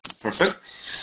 perfect